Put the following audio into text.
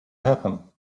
happen